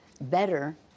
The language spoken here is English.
better